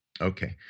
Okay